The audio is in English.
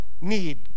need